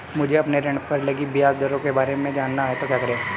मुझे अपने ऋण पर लगी ब्याज दरों के बारे में जानना है तो क्या करें?